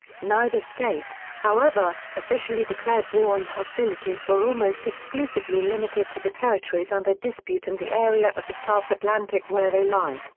neither state, however, officially declared war and hostilities were almost exclusively limited to the territories under dispute and the area of the south atlantic where they lie.